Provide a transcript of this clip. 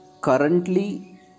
currently